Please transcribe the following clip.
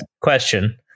question